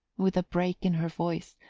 with a break in her voice,